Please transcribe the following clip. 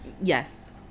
Yes